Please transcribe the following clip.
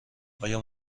آیا